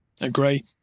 Agree